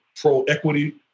pro-equity